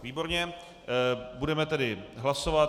Výborně, budeme tedy hlasovat.